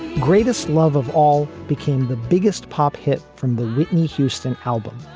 greatest love of all became the biggest pop hit from the whitney houston album.